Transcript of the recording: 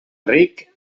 ric